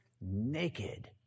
naked